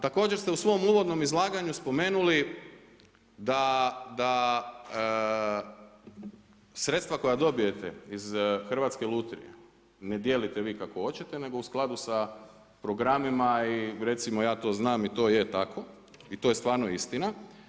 Također ste u svom uvodnom izlaganju spomenuli da sredstva koja dobijete iz Hrvatske lutrije ne dijelite vi kako hoćete nego u skladu sa programima i recimo ja to znam i to je tako i to je stvarno istina.